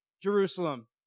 Jerusalem